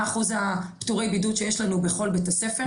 אחוז פטורי הבידוד שיש לנו בכל בית ספר.